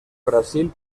brasil